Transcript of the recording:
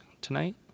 tonight